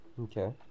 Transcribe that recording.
okay